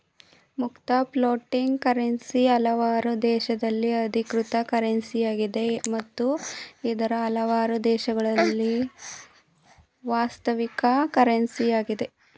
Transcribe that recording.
ಮುಕ್ತ floating currency ಹಲವಾರು ದೇಶದಲ್ಲಿ ಅಧಿಕೃತ ಕರೆನ್ಸಿಯಾಗಿದೆ ಮತ್ತು ಇತರ ಹಲವು ದೇಶದಲ್ಲಿ ವಾಸ್ತವಿಕ ಕರೆನ್ಸಿ ಯಾಗಿದೆ